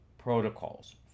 protocols